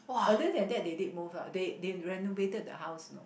earlier than that they did move lah they they renovated the house no